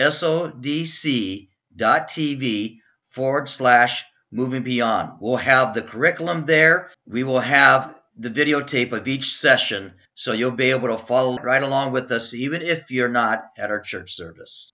s o d c dot tv forward slash movie on will have the curriculum there we will have the videotape of each session so you'll be able to follow right along with us even if you're not at our church service